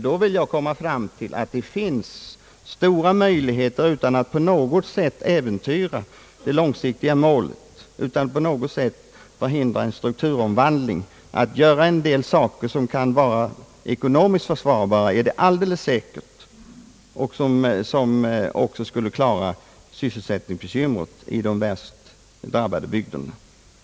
Då vill jag framhålla att man kan utan att på något sätt äventyra det långsiktiga målet eller på något sätt förhindra en strukturomvandling göra en del saker som kan vara ekonomiskt försvarbara och som skulle klara sysselsättningsproblemet i de värst drabbade bygderna.